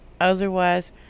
Otherwise